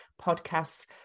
podcasts